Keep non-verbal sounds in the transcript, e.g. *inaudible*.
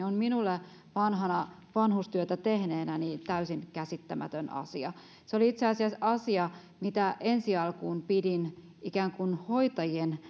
*unintelligible* on minulle vanhana vanhustyötä tehneenä täysin käsittämätön asia se oli itse asiassa asia mitä ensi alkuun pidin ikään kuin hoitajien *unintelligible*